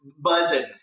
buzzing